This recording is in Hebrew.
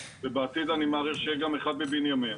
ובעתיד אני מעריך שיהיה גם אחד בבנימין.